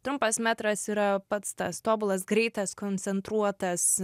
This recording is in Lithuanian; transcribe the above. trumpas metras yra pats tas tobulas greitas koncentruotas